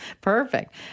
Perfect